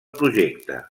projecte